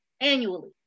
annually